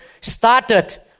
started